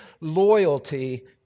loyalty